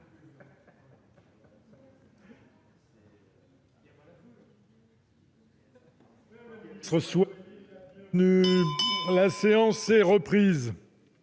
La séance est reprise.